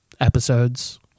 episodes